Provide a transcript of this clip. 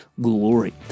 glory